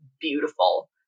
beautiful